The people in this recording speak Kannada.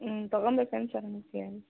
ಹ್ಞೂ ತಗೊಳ್ಬೇಕೇನು ಸರ್ ಅದಕ್ಕೆ